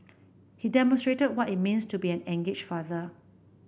he demonstrated what it means to be an engaged father